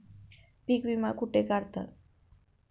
पीक विमा कुठे काढतात?